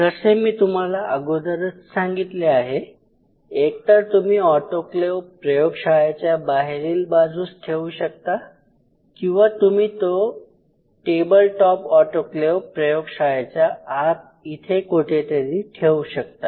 जसे मी तुम्हाला अगोदरच सांगितले आहे एक तर तुम्ही ऑटोक्लेव प्रयोगशाळेच्या बाहेरील बाजूस ठेवू शकता किंवा तुम्ही टेबल टॉप ऑटोक्लेव प्रयोगशाळेच्या आत इथे कुठेतरी ठेवू शकता